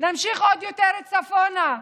נמשיך עוד יותר צפונה,